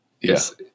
Yes